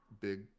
big